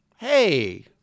Hey